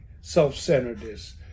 self-centeredness